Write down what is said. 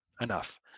enough